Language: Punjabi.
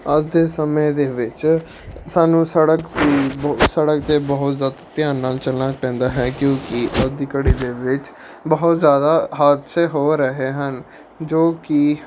ਅੱਜ ਦੇ ਸਮੇਂ ਦੇ ਵਿੱਚ ਸਾਨੂੰ ਸੜਕ ਸੜਕ 'ਤੇ ਬਹੁਤ ਜ਼ਿਆਦਾ ਧਿਆਨ ਨਾਲ ਚੱਲਣਾ ਪੈਂਦਾ ਹੈ ਕਿਉਂਕਿ ਅੱਜ ਦੀ ਘੜੀ ਦੇ ਵਿੱਚ ਬਹੁਤ ਜ਼ਿਆਦਾ ਹਾਦਸੇ ਹੋ ਰਹੇ ਹਨ ਜੋ ਕਿ